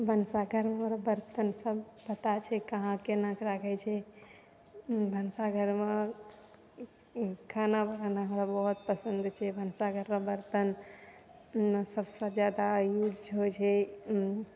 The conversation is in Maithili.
भनसा करैमे बड्ड टेन्शन पता छै कहाँ कोना ओकरा होइ छै भनसाघरमे खाना बनाबैमे पसन्दके ओकर बर्तन सबसँ ज्यादा ई छै जे ओ